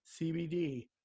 CBD